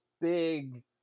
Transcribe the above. big